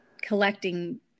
collecting